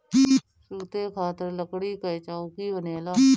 सुते खातिर लकड़ी कअ चउकी बनेला